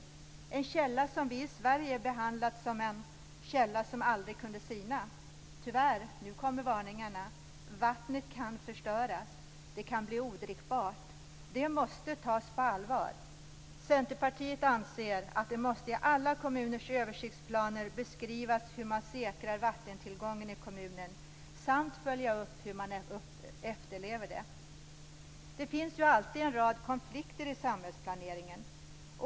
Det är en källa som vi i Sverige behandlat som en källa som aldrig kunde sina. Tyvärr kommer nu varningarna. Vattnet kan förstöras. Det kan bli odrickbart. Det måste tas på allvar. Centerpartiet anser att det måste i alla kommuners översiktsplaner beskrivas hur man säkrar vattentillgången i kommunen samt att man måste följa upp hur det efterlevs. Det finns alltid en rad konflikter i samhällsplaneringen.